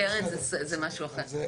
הקרן זה משהו אחר.